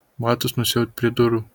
batus nusiaut prie durų